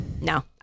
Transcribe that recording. No